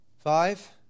Five